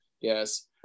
Yes